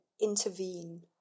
intervene